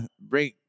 bring